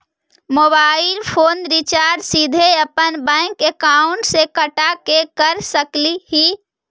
Mobile phone recharge सीधे अपन bank account से कटा के कर सकली ही?